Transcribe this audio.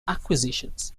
acquisitions